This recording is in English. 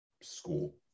school